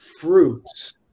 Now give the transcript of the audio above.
fruits